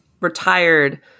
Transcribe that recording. retired